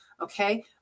okay